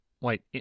Wait